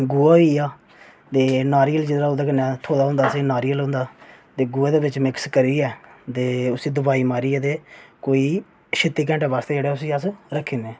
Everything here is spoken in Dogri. गोहा होई गेआ ते नारियल जेह्ड़ा असेंगी ओह्दे कन्नै थ्होए दा होंदा नारियल जेह्ड़ा ते गोहे दे बिच मिक्स करियै ते उसी दवाई मारियै ते कोई छित्ती घैंटें आस्तै उसी रक्खी ओड़ने